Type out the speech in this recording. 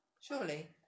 Surely